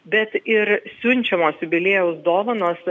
bet ir siunčiamos jubiliejaus dovanos